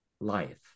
life